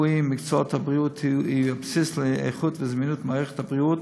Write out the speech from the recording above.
הרפואי ובמקצועות הבריאות הם הבסיס לאיכות ולזמינות של מערכת הבריאות,